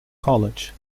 college